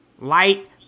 Light